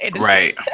Right